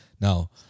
Now